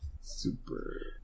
super